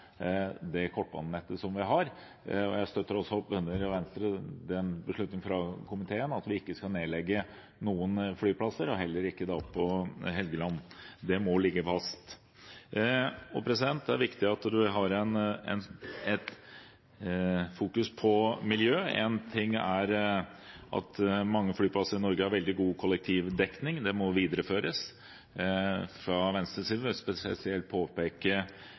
det kortbanenettet som vi har. Jeg – og Venstre – støtter også beslutningen fra komiteen om at vi ikke skal nedlegge noen flyplasser, heller ikke på Helgeland. Det må ligge fast. Det er viktig at man fokuserer på miljø. Én ting er at mange flyplasser i Norge har veldig god kollektivdekning. Det må videreføres. Fra Venstres side vil jeg spesielt påpeke